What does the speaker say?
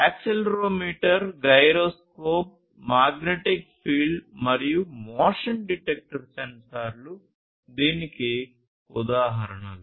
accelerometer gyroscope magnetic field మరియు motion detector సెన్సార్లు దీనికి ఉదాహరణలు